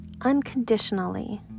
unconditionally